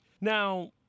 Now